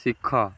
ଶିଖ